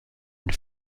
une